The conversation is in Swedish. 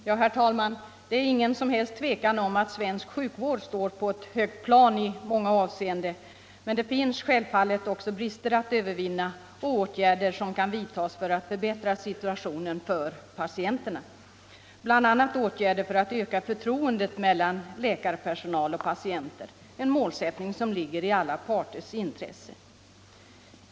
Herr talman! Det är ingen som helst tvekan om att svensk sjukvård står på ett högt plan i många avseenden. Men det finns självfallet också brister att övervinna och åtgärder som kan vidtas för att förbättra situationen för patienterna, bl.a. åtgärder för att öka förtroendet mellan läkarpersonal och patienter, en målsättning som ligger i alla parters intresse.